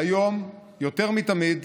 והיום, יותר מתמיד,